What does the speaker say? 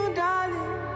darling